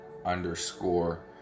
Underscore